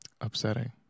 upsetting